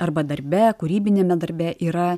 arba darbe kūrybiniame darbe yra